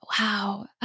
Wow